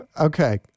Okay